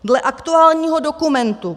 Dle aktuálních dokumentů